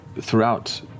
throughout